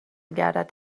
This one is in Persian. گردد